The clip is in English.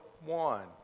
one